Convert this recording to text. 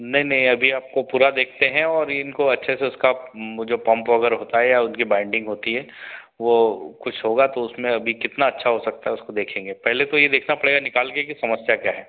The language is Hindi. नहीं नहीं अभी आपको पूरा देखते हैं और इनको अच्छे से उसका वो जो पम्प वगैरह होता है या उनकी बाइन्डिंग होती है वो कुछ होगा तो उसमें अभी कितना अच्छा हो सकता है उसको देखेंगे पहले तो यह देखना पड़ेगा निकाल कर कि समस्या क्या है